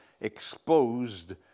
exposed